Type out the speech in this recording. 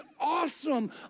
awesome